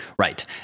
Right